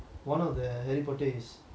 one of the harry potter is